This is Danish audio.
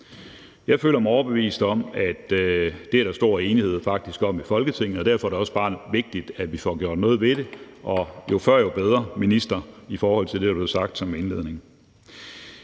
Jeg føler mig overbevist om, at det er der faktisk stor enighed om i Folketinget, og derfor er det også bare vigtigt, at vi får gjort noget ved det, og jo før, jo bedre, minister, i forhold til det, der blev sagt som indledning.